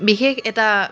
বিশেষ এটা